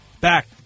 Back